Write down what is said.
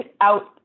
out